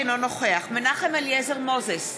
אינו נוכח מנחם אליעזר מוזס,